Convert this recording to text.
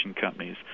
companies